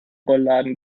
rollladen